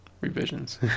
revisions